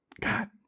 god